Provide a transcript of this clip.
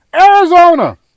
Arizona